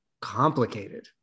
complicated